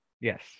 Yes